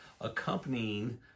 accompanying